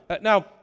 Now